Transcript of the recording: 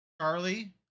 Charlie